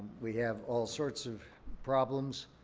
we have all sorts of problems,